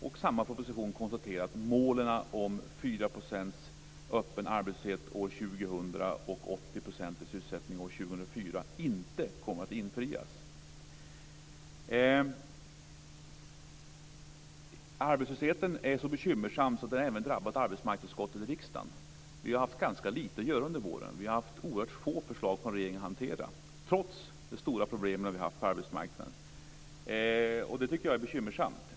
I samma proposition konstateras att målen 4 % öppen arbetslöshet år 2000 och 80 % i sysselsättning år 2004 inte kommer att infrias. Arbetslösheten är så bekymmersam att den även har drabbat arbetsmarknadsutskottet i riksdagen. Vi har haft ganska lite att göra under våren. Vi har haft oerhört få förslag från regeringen att hantera, trots de stora problem som finns på arbetsmarknaden. Det tycker jag är bekymmersamt.